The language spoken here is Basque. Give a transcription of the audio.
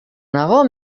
nago